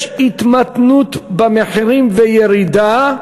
יש התמתנות במחירים וירידה.